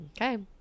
Okay